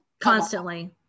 Constantly